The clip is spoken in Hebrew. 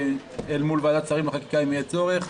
אל מול ועדת שרים לחקיקה אם יהיה צורך.